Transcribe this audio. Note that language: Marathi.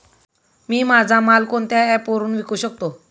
मी माझा माल कोणत्या ॲप वरुन विकू शकतो?